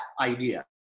idea